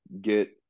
get